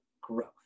growth